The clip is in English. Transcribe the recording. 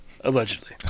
Allegedly